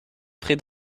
frais